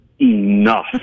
enough